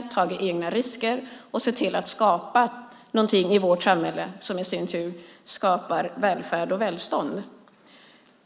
De har tagit egna risker och skapat någonting i vårt samhälle som i sin tur skapar välfärd och välstånd.